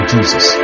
Jesus